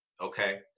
okay